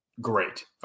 great